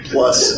Plus